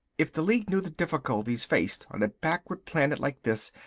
if the league knew the difficulties faced on a backward planet like this.